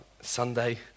Sunday